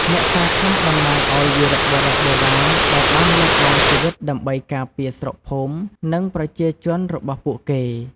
អ្នកតាខ្លះតំណាងឱ្យវីរបុរសបុរាណ ដែលបានលះបង់ជីវិតដើម្បីការពារស្រុកភូមិ និងប្រជាជនរបស់ពួកគេ។